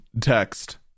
text